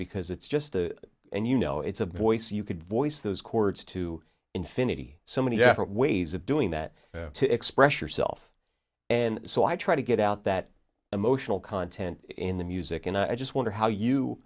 because it's just a and you know it's a voice you could voice those chords to infinity so many different ways of doing that to express yourself and so i try to get out that emotional content in the music and i just wonder how you